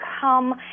come